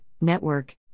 network